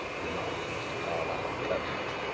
demanded mr. carlyle cunningly.